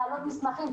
להעלות בשבילי מסמכים.